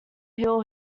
hill